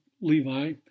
Levi